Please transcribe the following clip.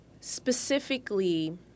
specifically